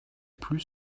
plus